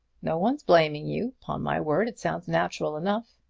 no one is blaming you. upon my word, it sounds natural enough.